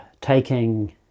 taking